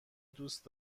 دوست